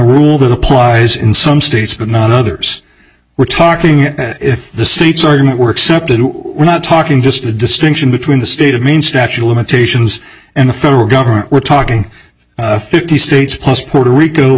rule that applies in some states but not others we're talking if the states argument works up to do we're not talking just a distinction between the state of maine statue of limitations and the federal government we're talking fifty states plus puerto rico